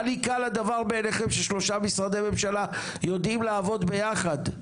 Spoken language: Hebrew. הניכר הדבר בעיניכם ששלושה משרדי ממשלה יודעים לעבוד ביחד?